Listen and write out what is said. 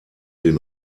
den